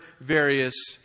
various